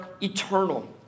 eternal